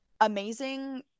amazing